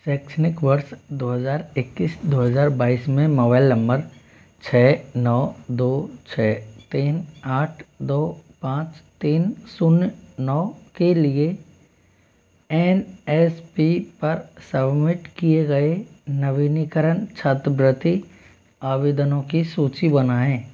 शैक्षणिक वर्ष दो हज़ार इक्कीस दो हज़ार बाईस में मोबाइल नंबर छः नौ दो छः तीन आठ दो पाँच तीन शून्य नौ के लिए एन एस पी पर सबमिट किए गए नवीनीकरण छात्रवृत्ति आवेदनों की सूची बनाएँ